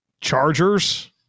Chargers